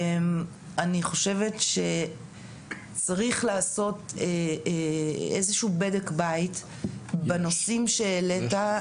אני חושבת שצריך לעשות איזשהו בדק בית בנושאים שהעלית,